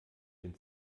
den